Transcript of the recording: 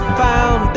found